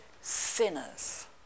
sinners